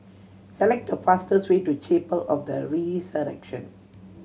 select the fastest way to Chapel of the Resurrection